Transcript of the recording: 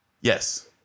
Yes